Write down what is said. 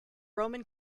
roman